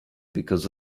because